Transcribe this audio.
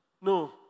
No